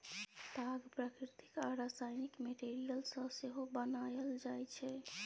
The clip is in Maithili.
ताग प्राकृतिक आ रासायनिक मैटीरियल सँ सेहो बनाएल जाइ छै